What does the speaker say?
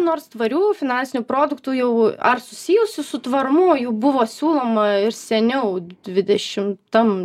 nors tvarių finansinių produktų jau ar susijusių su tvarumu jau buvo siūloma ir seniau dvidešimtam